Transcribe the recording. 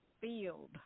field